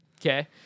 okay